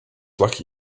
lucky